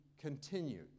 continued